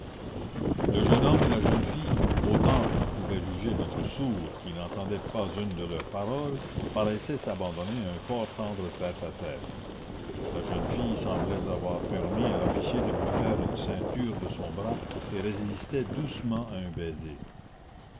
le jeune homme et la jeune fille autant qu'en pouvait juger notre sourd qui n'entendait pas une de leurs paroles paraissaient s'abandonner à un fort tendre tête-à-tête la jeune fille semblait avoir permis à l'officier de lui faire une ceinture de son bras et résistait doucement à un baiser